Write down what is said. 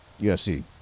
UFC